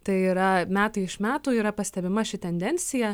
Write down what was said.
tai yra metai iš metų yra pastebima ši tendencija